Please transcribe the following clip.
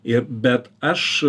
ir bet aš